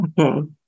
Okay